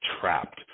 trapped